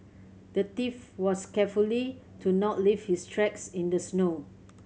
the thief was carefully to not leave his tracks in the snow